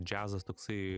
džiazas toksai